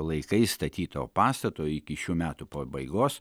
laikais statyto pastato iki šių metų pabaigos